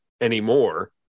anymore